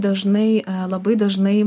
dažnai labai dažnai